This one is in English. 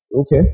Okay